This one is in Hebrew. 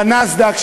בנאסד"ק,